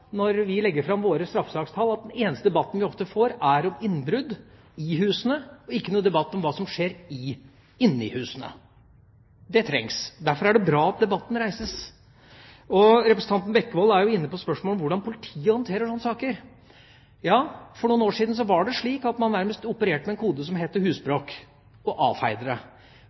om innbrudd i husene – ikke om hva som skjer inni husene. Det trengs. Derfor er det bra at debatten reises. Representanten Bekkevold var inne på spørsmålet om hvordan politiet håndterer slike saker. For noen år siden var det slik at man nærmest opererte med en kode som het husbråk, og